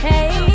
Hey